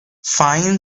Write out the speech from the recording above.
fine